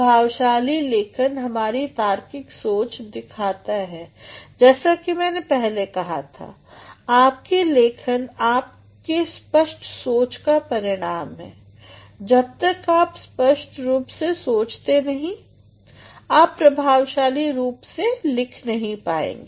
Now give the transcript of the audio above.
प्रभावशाली लेखन हमारी तार्किक सोच दिखता है जैसा कि मैन पहले कहा था आपकी लेखन आपकी स्पष्ट सोच का परिणाम है जब तक आप स्पष्ट रूप से सोचते नहीं आप प्रभावशाली रूप से नहीं लिख पाएंगे